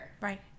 right